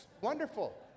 Wonderful